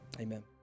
Amen